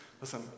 Listen